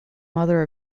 mother